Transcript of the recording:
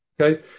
Okay